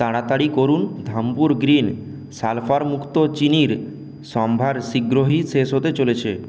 তাড়াতাড়ি করুন ধাম্পুর গ্রিন সালফারমুক্ত চিনির সম্ভার শীঘ্রই শেষ হতে চলেছে